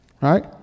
right